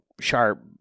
sharp